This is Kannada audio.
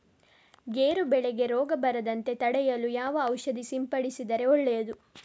ಗೇರು ಬೆಳೆಗೆ ರೋಗ ಬರದಂತೆ ತಡೆಯಲು ಯಾವ ಔಷಧಿ ಸಿಂಪಡಿಸಿದರೆ ಒಳ್ಳೆಯದು?